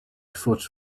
foot